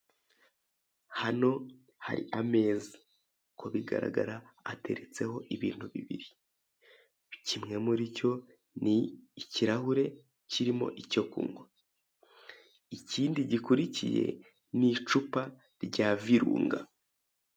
Hano hari ameza nkuko bigaragara ateretseho ibintu bibiri, kimwe muri cyo ni ikirahure kirimo icyo kunywa, ikindi gikurikiye ni icupa rya virunga.